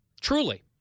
truly